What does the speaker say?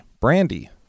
brandy